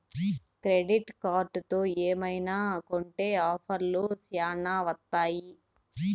credit కార్డుతో ఏమైనా కొంటె ఆఫర్లు శ్యానా వత్తాయి